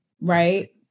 right